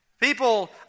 people